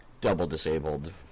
double-disabled